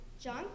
John